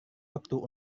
waktu